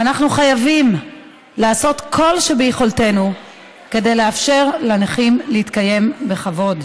ואנחנו חייבים לעשות את כל שביכולתנו כדי לאפשר לנכים להתקיים בכבוד.